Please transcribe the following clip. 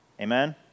Amen